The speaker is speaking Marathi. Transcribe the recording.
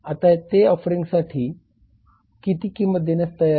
आता ते ऑफेरींगसाठी किती किंमत देण्यास तयार आहेत